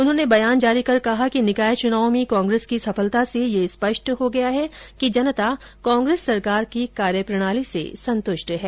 उन्होंने बयान जारी कर कहा कि निकाय चुनाव में कांग्रेस की सफलता से यह स्पष्ट हो गया है कि जनता कांग्रेस सरकार की कार्यप्रणाली से संतुष्ट है